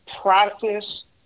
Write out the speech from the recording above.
Practice